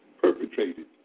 perpetrated